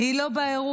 היא לא באירוע.